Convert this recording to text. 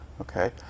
Okay